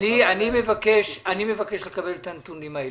אני מבקש לקבל את הנתונים האלה,